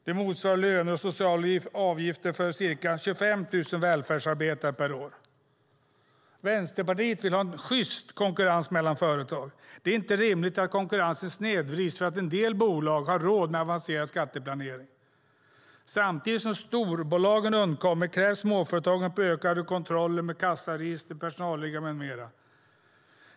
Det motsvarar löner och sociala avgifter för ca 25 000 välfärdsarbetare per år. Vänsterpartiet vill ha en sjyst konkurrens mellan företag. Det är inte rimligt att konkurrensen snedvrids för att en del bolag har råd med avancerad skatteplanering. Samtidigt som storbolagen undkommer krävs ökad kontroll av småföretagen med kassaregister, personalliggare med mera.